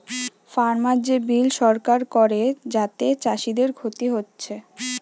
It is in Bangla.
ফার্মার যে বিল সরকার করে যাতে চাষীদের ক্ষতি হচ্ছে